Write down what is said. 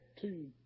two